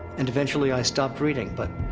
and, eventually, i stopped reading, but.